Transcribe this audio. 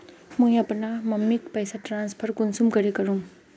मुई अपना मम्मीक पैसा ट्रांसफर कुंसम करे करूम?